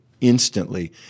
instantly